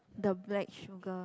the black sugar